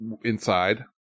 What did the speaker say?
inside